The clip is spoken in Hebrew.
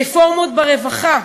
רפורמות ברווחה,